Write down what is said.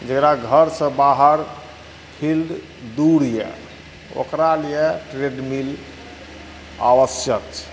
जेकरा घरसँ बाहर फिल्ड दूर यऽ ओकरा लिए ट्रेडमील आवश्यक छै